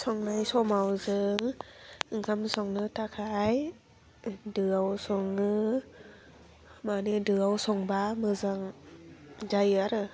संनाय समाव जों ओंखाम संनो थाखाय दोआव सङो माने दोआव संबा मोजां जायो आरो